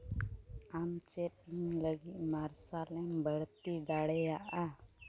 ᱟᱢ ᱪᱮᱫ ᱞᱟᱹᱜᱤᱫ ᱢᱟᱨᱥᱟᱞᱮᱢ ᱵᱟᱹᱲᱛᱤ ᱫᱟᱲᱮᱭᱟᱜᱼᱟ